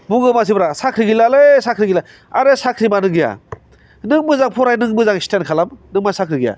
बुङो मानसिफ्रा साख्रि गैलालै साख्रि गैला आरे साख्रि मानो गैया नों मोजां फराय नों मोजां स्तेन्द खालाम नों मा साख्रि गैया